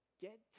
get